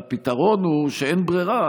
והפתרון הוא שאין ברירה,